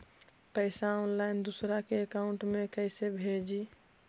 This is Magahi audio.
पैसा ऑनलाइन दूसरा के अकाउंट में कैसे भेजी?